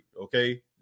okay